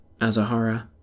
Azahara